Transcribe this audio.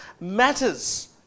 matters